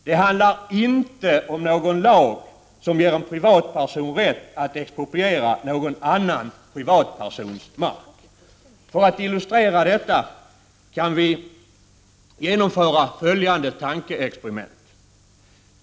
Det handlar inte om någon lag som ger en privatperson rätt att expropriera någon annan privatpersons mark. För att illustrera detta kan vi genomföra följande tankeexperiment.